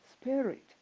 spirit